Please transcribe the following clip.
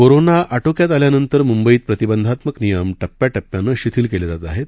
कोरोनाआटोक्यातआल्यानंतरमुंबईतप्रतिबंधात्मकनियमटप्प्याटप्प्यानंशिथीलकेलेजातआहेत